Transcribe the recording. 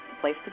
place